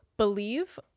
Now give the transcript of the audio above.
believe